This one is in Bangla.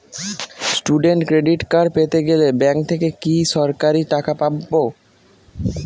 স্টুডেন্ট ক্রেডিট কার্ড পেতে গেলে ব্যাঙ্ক থেকে কি সরাসরি টাকা পাবো?